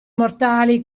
mortali